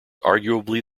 arguably